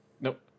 Nope